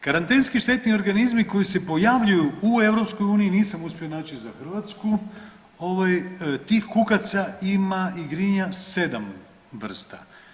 Karantenski štetni organizmi koji se pojavljuju u EU, nisam uspio naći za Hrvatsku ovaj, tih kukaca ima i grinja 7 vrsta.